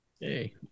Hey